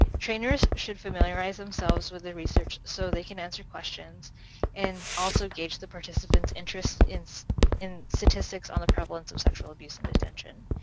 trainers should familiarize themselves with the research so they can answer questions and also gauge the participants' interest in so in statistics on the prevalence of sexual abuse in detention.